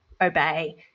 obey